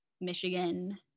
Michigan